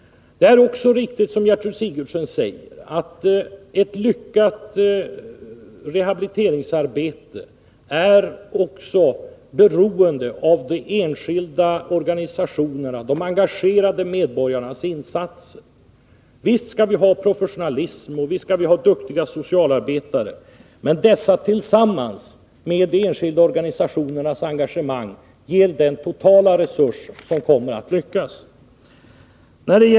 Det är riktigt som Gertrud Sigurdsen säger, att ett lyckat rehabiliteringsarbete också är beroende av de enskilda organisationernas och de engagerade medborgarnas insatser. Visst skall vi ha professionalism, visst skall vi ha duktiga socialarbetare, men dessa tillsammans med de enskilda organisationernas engagemang ger den totala resurs som kommer att lyckas.